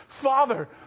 Father